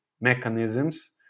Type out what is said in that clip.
mechanisms